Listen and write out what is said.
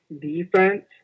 defense